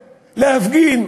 להפגין,